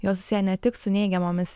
jos sieja ne tik su neigiamomis